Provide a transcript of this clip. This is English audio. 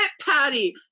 Patty